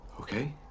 okay